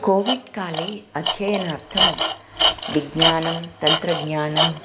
COVID काले अध्ययनार्थं विज्ञानं तन्त्रज्ञानं